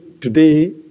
today